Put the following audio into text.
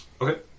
Okay